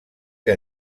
que